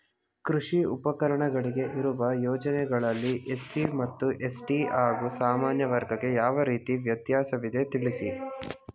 ಕೃಷಿ ಉಪಕರಣಗಳಿಗೆ ಇರುವ ಯೋಜನೆಗಳಲ್ಲಿ ಎಸ್.ಸಿ ಮತ್ತು ಎಸ್.ಟಿ ಹಾಗೂ ಸಾಮಾನ್ಯ ವರ್ಗಕ್ಕೆ ಯಾವ ರೀತಿ ವ್ಯತ್ಯಾಸವಿದೆ ತಿಳಿಸಿ?